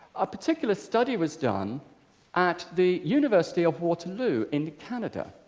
a particular study was done at the university of waterloo in canada.